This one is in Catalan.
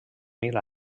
mil